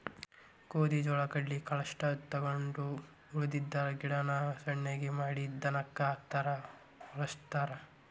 ಗೋದಿ ಜೋಳಾ ಕಡ್ಲಿ ಕಾಳಷ್ಟ ತಕ್ಕೊಂಡ ಉಳದಿದ್ದ ಗಿಡಾನ ಸಣ್ಣಗೆ ಮಾಡಿ ದನಕ್ಕ ಹಾಕಾಕ ವಳಸ್ತಾರ